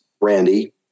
Randy